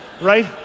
Right